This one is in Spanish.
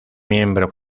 miembro